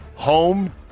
home